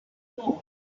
war